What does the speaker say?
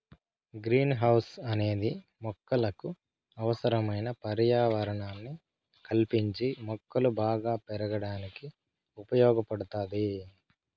green house అనేది మొక్కలకు అవసరమైన పర్యావరణాన్ని కల్పించి మొక్కలు బాగా పెరగడానికి ఉపయోగ పడుతాది